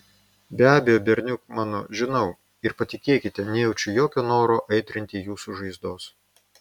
be abejo berniuk mano žinau ir patikėkite nejaučiu jokio noro aitrinti jūsų žaizdos